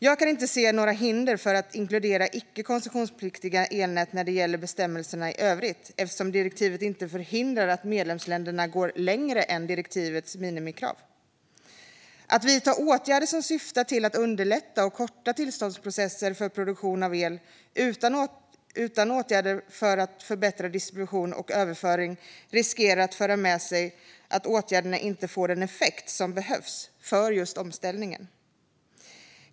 Jag kan inte se några hinder för att inkludera icke koncessionspliktiga elnät när det gäller bestämmelserna i övrigt, eftersom direktivet inte förhindrar att medlemsländerna går längre än direktivets minimikrav. Att vidta åtgärder som syftar till att underlätta och korta tillståndsprocesser för produktion av el utan åtgärder för att förbättra distribution och överföring riskerar att föra med sig att åtgärderna inte får den effekt som behövs för just omställningen.